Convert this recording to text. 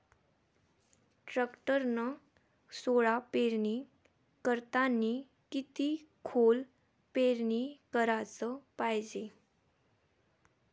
टॅक्टरनं सोला पेरनी करतांनी किती खोल पेरनी कराच पायजे?